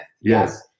Yes